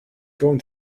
going